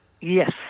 Yes